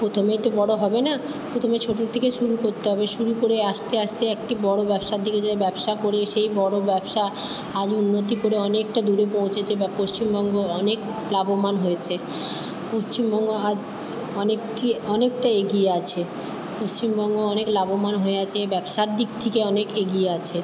প্রথমেই তো বড়ো হবে না প্রথমে ছোটোর থেকে শুরু করতে হবে শুরু করে আস্তে আস্তে একটি বড়ো ব্যবসার দিকে যে ব্যবসা করে সেই বড়ো ব্যবসা আজও উন্নতি করে অনেকটা দূরে পৌঁছেছে বা পশ্চিমবঙ্গ অনেক লাভমান হয়েছে পশ্চিমবঙ্গ আজ অনেকটি অনেকটা এগিয়ে আছে পশ্চিমবঙ্গ অনেক লাভমান হয়ে হচ্ছে এই ব্যবসার দিক থিকে অনেক এগিয়ে আছে